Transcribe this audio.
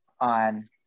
on